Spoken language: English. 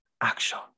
action